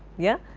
yeah.